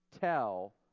tell